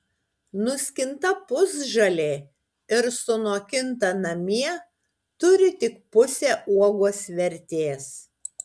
nuskinta pusžalė ir sunokinta namie turi tik pusę uogos vertės